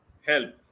help